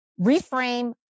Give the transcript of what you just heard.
reframe